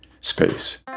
space